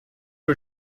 are